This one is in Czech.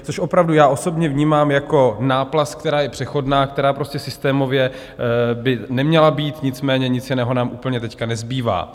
Což opravdu já osobně vnímám jako náplast, která je přechodná, která prostě systémově by neměla být, nicméně nic jiného nám úplně teď nezbývá.